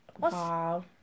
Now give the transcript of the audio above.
Wow